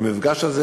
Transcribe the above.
המפגש הזה